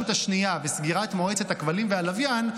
השנייה וסגירת מועצת הכבלים והלוויין,